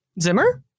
Zimmer